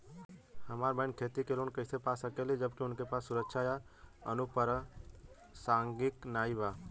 हमार बहिन खेती के लोन कईसे पा सकेली जबकि उनके पास सुरक्षा या अनुपरसांगिक नाई बा?